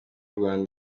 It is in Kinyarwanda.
yumviye